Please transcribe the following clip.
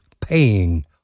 paying